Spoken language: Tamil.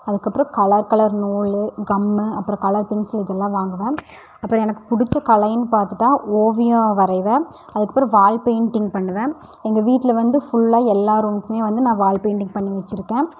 அதுக்கப்புறோம் கலர் கலர் நூலு கம்மு அப்புறோம் கலர் பென்சில் இதெல்லாம் வாங்குவேன் அப்புறோம் எனக்கு பிடிச்ச கலைனு பார்த்துட்டா ஓவியம் வரைவேன் அதுக்கப்புறோம் வாள் பெயிண்ட்டிங் பண்ணுவேன் எங்கள் வீட்டில் வந்து ஃபுல்லா எல்லா ரூம்க்குமே வந்து நான் வாள் பெயிண்டிங் பண்ணி வச்சுருக்கன்